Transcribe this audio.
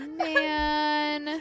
man